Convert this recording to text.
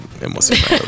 emocionado